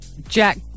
Jack